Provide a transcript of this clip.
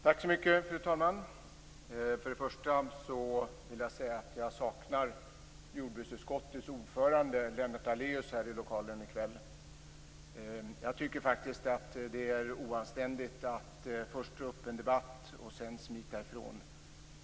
Fru talman! Först och främst vill jag säga att jag saknar jordbruksutskottets ordförande Lennart Daléus här i lokalen i kväll. Jag tycker faktiskt att det är oanständigt att först dra upp en debatt och sedan smita ifrån.